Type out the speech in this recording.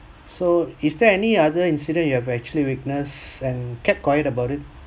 so is there any other incident you have actually witness and kept quiet about it